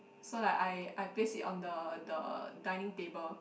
so like I I place it on the the dining table